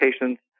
patients